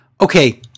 Okay